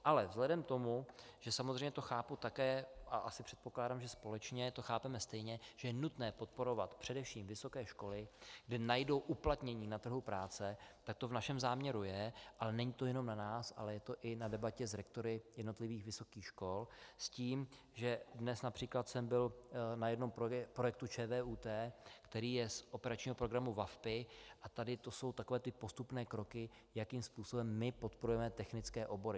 Ale vzhledem k tomu, že samozřejmě to chápu také a asi předpokládám, že společně to chápeme stejně, že je nutné podporovat především vysoké školy, kde najdou uplatnění na trhu práce, tak to v našem záměru je, ale není to jenom na nás, ale je to i na debatě s rektory jednotlivých vysokých škol s tím, že dnes například jsem byl na jednom projektu ČVUT, který je z operačního programu VaVpI, a tady to jsou postupné kroky, jakým způsobem my podporujeme technické obory.